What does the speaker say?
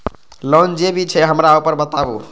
Loan जे भी छे हमरा ऊपर बताबू?